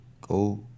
Go